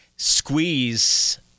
Squeeze